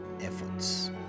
efforts